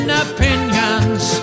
opinions